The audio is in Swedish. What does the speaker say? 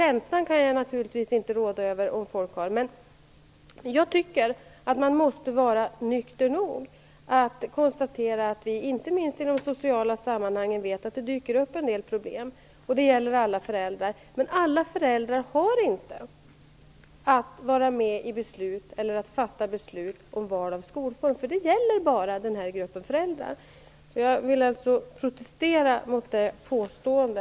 Jag kan naturligtvis inte råda över folks känsla av det, men jag tycker att man måste vara så pass nykter att man konstaterar att det inte minst i sociala sammanhang dyker upp en del problem. Det gäller alla föräldrar. Men alla föräldrar har inte att vara med i beslut eller att fatta beslut om val av skolform, för det gäller bara nämnda grupp föräldrar. Jag protesterar alltså mot gjorda påstående.